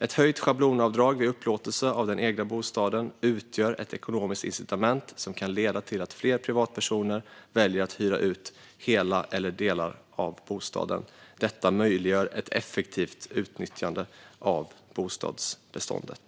Ett höjt schablonavdrag vid upplåtelse av den egna bostaden utgör ett ekonomiskt incitament som kan leda till att fler privatpersoner väljer att hyra ut hela eller delar av bostaden. Detta möjliggör ett effektivt utnyttjande av bostadsbeståndet.